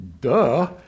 Duh